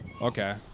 Okay